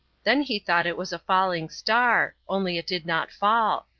then he thought it was a falling star only it did not fall.